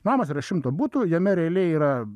namas yra šimto butų jame realiai yra